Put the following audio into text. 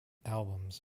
albums